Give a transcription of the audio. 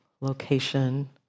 location